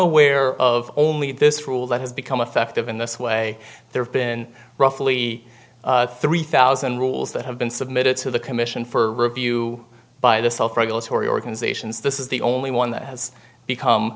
aware of only this rule that has become effective in this way there have been roughly three thousand rules that have been submitted to the commission for review by the self regulatory organizations this is the only one that has become